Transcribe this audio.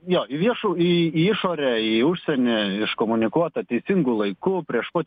jo į viešų į į išorę į užsienį iškomunikuota teisingu laiku prieš pat